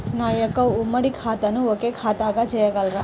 నా యొక్క ఉమ్మడి ఖాతాను ఒకే ఖాతాగా చేయగలరా?